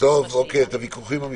לקבוע.